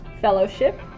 Fellowship